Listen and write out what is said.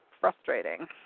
frustrating